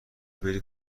بری